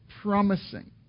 promising